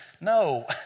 No